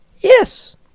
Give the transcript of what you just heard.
Yes